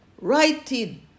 Writing